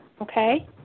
okay